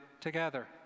together